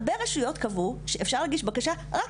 הרבה רשויות קבעו שאפשר להגיש בקשה,